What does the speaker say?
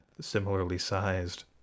similarly-sized